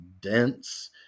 dense